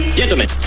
gentlemen